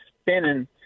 spinning